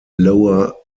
lower